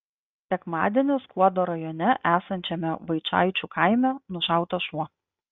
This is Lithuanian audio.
sekmadienį skuodo rajone esančiame vaičaičių kaime nušautas šuo